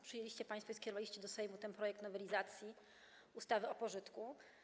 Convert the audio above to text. Przyjęliście państwo i skierowaliście do Sejmu ten projekt nowelizacji ustawy o pożytku.